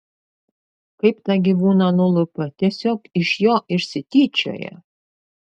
kaip tą gyvūną nulupa tiesiog iš jo išsityčioja